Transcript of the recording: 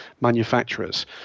manufacturers